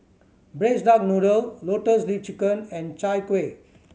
Braised Duck Noodle Lotus Leaf Chicken and Chai Kuih